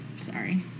Sorry